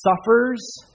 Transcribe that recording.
suffers